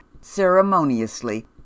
ceremoniously